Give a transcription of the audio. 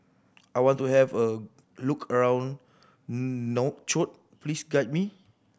I want to have a look around Nouakchott please guide me